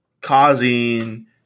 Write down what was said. causing